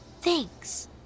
Thanks